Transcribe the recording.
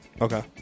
Okay